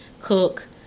cook